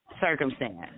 circumstance